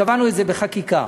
וקבענו את זה בחקיקה.